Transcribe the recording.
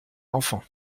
enfant